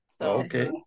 Okay